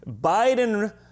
Biden